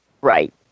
Right